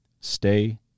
stay